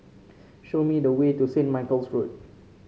show me the way to Saint Michael's Road